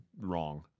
wrong